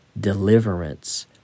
deliverance